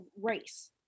race